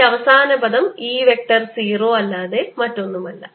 ഈ അവസാന പദം E വെക്റ്റർ 0 അല്ലാതെ മറ്റൊന്നുമല്ല